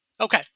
Okay